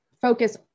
focus